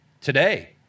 today